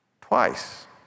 twice